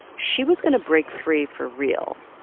she was going to break free for real.